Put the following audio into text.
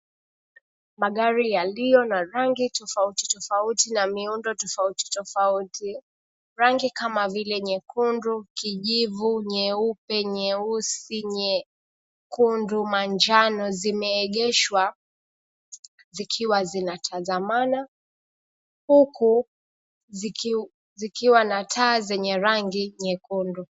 Magari yaliyo na rangi tofauti tofauti na miundo tofauti tofauti. Rangi kama vile nyekundu, kijivu, nyeupe, nyeusi, nyekundu, manjano zimeegeshwa zikiwa zinatazamana. Huku, zikiwa na taa zenye rangi nyekundu.